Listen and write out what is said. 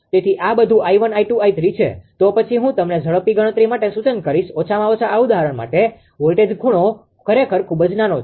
તેથી આ બધું 𝐼1 𝐼2 𝐼3 છે તો પછી હું તમને ઝડપી ગણતરી માટે સૂચન કરીશ ઓછામાં ઓછા આ ઉદાહરણ માટે વોલ્ટેજ ખૂણો ખરેખર ખૂબ જ નાનો છે